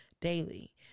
daily